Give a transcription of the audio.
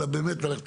אלא באמת להתייחס